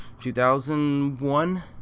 2001